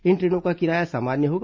इन ट्रेनों का किराया सामान्य होगा